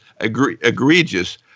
egregious